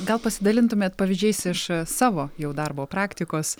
gal pasidalintumėt pavyzdžiais iš savo jau darbo praktikos